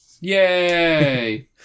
Yay